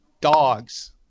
Dogs